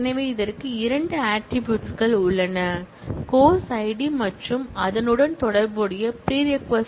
எனவே இதற்கு இரண்டு ஆட்ரிபூட்ஸ் கள் உள்ளன course id மற்றும் அதனுடன் தொடர்புடைய prerequisite id